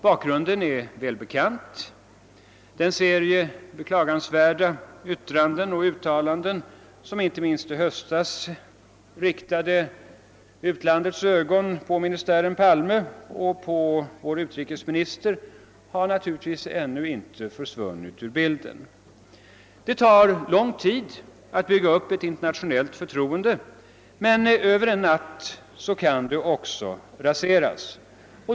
Bakgrunden är välbekant: den serie beklagansvärda yttranden och uttalanden som inte minst i höstas riktade utlandets ögon på ministären Palme och på vår utrikesminister har naturligtvis ännu inte försvunnit ur bilden. Det tar lång tid att bygga upp ett internationellt förtroende, men över en natt kan det raseras.